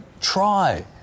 try